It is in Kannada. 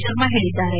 ಶರ್ಮಾ ಹೇಳಿದ್ದಾರೆ